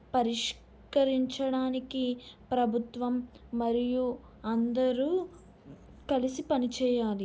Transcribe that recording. పరిష్కరించడానికి ప్రభుత్వం మరియు అందరూ కలిసి పనిచేయాలి